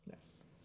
Yes